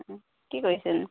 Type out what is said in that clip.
কি কৰিছেনো